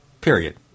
period